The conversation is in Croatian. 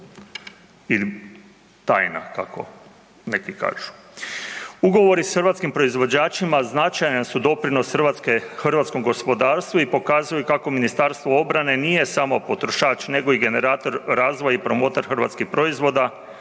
Ili tajna, kako neku kažu. Ugovori s hrvatskim proizvođačima značajan su doprinos hrvatskom gospodarstvu i pokazuju kako MORH nije samo potrošač nego i generator razvoj i promotor hrvatskih proizvoda,